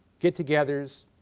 get togethers,